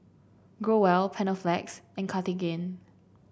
Growell Panaflex and Cartigain